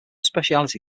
speciality